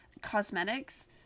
cosmetics